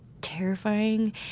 terrifying